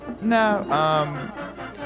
No